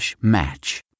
match